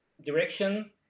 direction